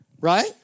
Right